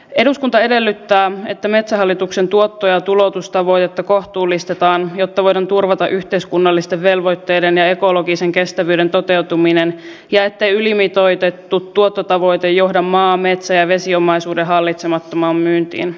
eduskunta edellyttää että metsähallituksen tuotto ja tuloutustavoitetta kohtuullistetaan jotta voidaan turvata yhteiskunnallisten velvoitteiden ja ekologisen kestävyyden toteutuminen ja ettei ylimitoitettu tuottotavoite johda maa metsä ja vesiomaisuuden hallitsemattomaan myyntiin